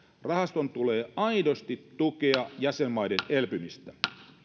rahaston tulee aidosti tukea jäsenmaiden elpymistä